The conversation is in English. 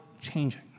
changing